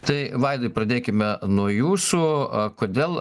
tai vaidai pradėkime nuo jūsų a kodėl